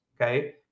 okay